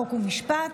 חוק ומשפט,